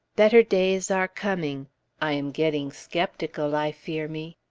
better days are coming i am getting skeptical, i fear me.